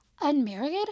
unmarried